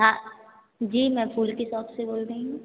हाँ जी मैं फूल की सोप से बोल रही हूँ